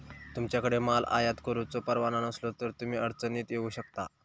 तुमच्याकडे माल आयात करुचो परवाना नसलो तर तुम्ही अडचणीत येऊ शकता